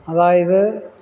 അതായത്